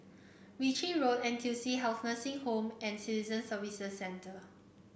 Ritchie Road N T U C Health Nursing Home and Citizen Services Centre